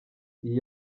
iyi